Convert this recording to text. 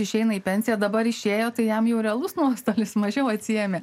išeina į pensiją dabar išėjo tai jam jau realus nuostolis sumažėjo atsiėmė